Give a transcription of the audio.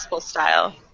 style